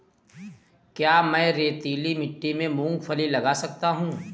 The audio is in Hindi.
क्या मैं रेतीली मिट्टी में मूँगफली लगा सकता हूँ?